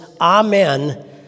amen